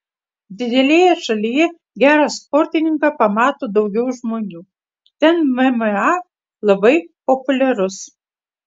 didelėje šalyje gerą sportininką pamato daugiau žmonių ten mma labai populiarus